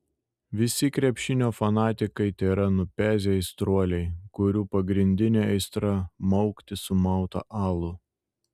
visi krepšinio fanatikai tėra nupezę aistruoliai kurių pagrindinė aistra maukti sumautą alų